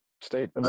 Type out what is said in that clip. state